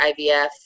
IVF